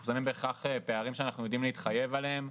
אנחנו שמים בכך פערים שאנחנו יודעים להתחייב עליהם,